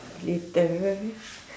later